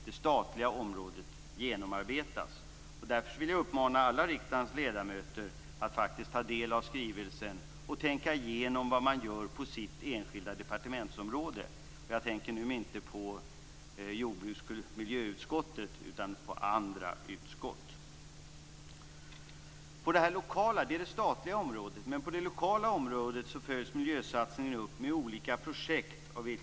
Det statliga området genomarbetas. Därför vill jag uppmana alla riksdagens ledamöter att ta del av skrivelsen och tänka igenom vad som görs på varje enskilt departemenstområde. Jag tänker nu inte på jordbruksutskottet utan på andra utskott. Det är det statliga området. På det lokala området följs miljösatsningen upp med olika projekt.